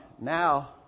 now